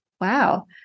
wow